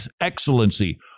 excellency